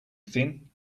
thin